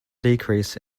decrease